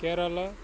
Kerala